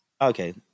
Okay